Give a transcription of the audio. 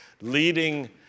leading